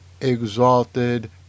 exalted